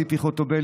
ציפי חוטובלי,